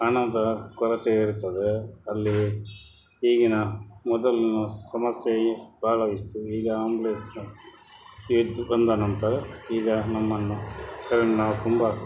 ಹಣದ ಕೊರತೆ ಇರ್ತದೆ ಅಲ್ಲಿ ಈಗಿನ ಮೊದಲಿನ ಸಮಸ್ಯೆಯೇ ಭಾಳವಿತ್ತು ಈಗ ಆ್ಯಂಬುಲೆನ್ಸಿನ ಇದು ಬಂದ ನಂತರ ಈಗ ನಮ್ಮನ್ನು ಯಾಕಂದ್ರೆ ನಾವು ತುಂಬ